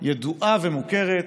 ידועה ומוכרת,